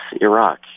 Iraq